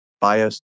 bias